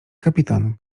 kapitan